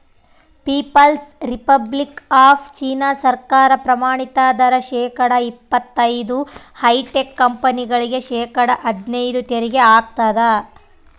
people's republic of China ಸರ್ಕಾರ ಪ್ರಮಾಣಿತ ದರ ಶೇಕಡಾ ಇಪ್ಪತೈದು ಹೈಟೆಕ್ ಕಂಪನಿಗಳಿಗೆ ಶೇಕಡಾ ಹದ್ನೈದು ತೆರಿಗೆ ಹಾಕ್ತದ